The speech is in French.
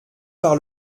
par